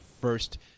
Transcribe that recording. first